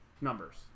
numbers